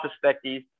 perspective